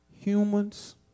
humans